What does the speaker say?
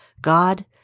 God